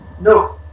No